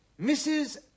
Mrs